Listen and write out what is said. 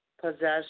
possession